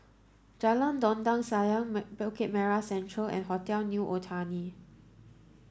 Jalan Dondang Sayang Bukit Merah Central and Hotel New Otani